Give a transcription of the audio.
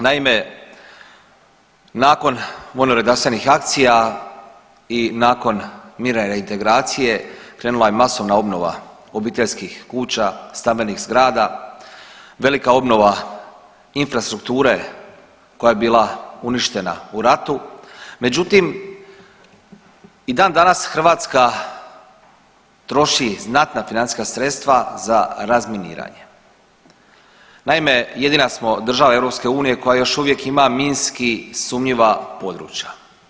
Naime, nakon vojnoredarstvenih akcija i nakon mirne reintegracije krenula je masovna obnova obiteljskih kuća, stambenih zgrada, velika obnova infrastrukture koja je bila uništena u ratu, međutim i dan danas Hrvatska troši znatna financijska sredstva za razminiranje, naime jedina smo država EU koja još uvijek ima minski sumnjiva područja.